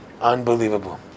unbelievable